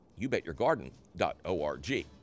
YouBetYourGarden.org